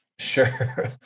Sure